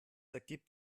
ergibt